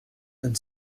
and